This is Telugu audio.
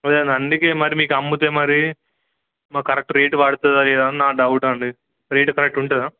అదేండి అందుకే మరి మీకు అమ్ముతే మరి మాకు కరెక్ట్ రేటు పడుతుందా లేదా అని నా డౌట్ అండి రేటు కరెక్ట్ ఉంటదా